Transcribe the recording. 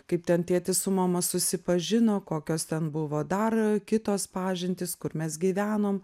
kaip ten tėtis su mama susipažino kokios ten buvo dar kitos pažintys kur mes gyvenom